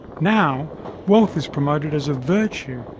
now wealth is promoted as a virtue,